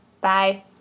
bye